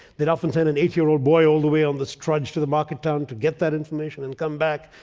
they'd often send an eight year old boy all the way on this trudge to the market town to get that information and come back,